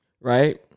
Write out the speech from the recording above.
right